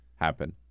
happen